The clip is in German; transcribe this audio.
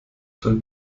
soll